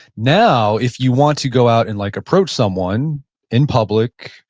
now, if you want to go out and like approach someone in public,